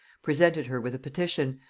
presented her with a petition,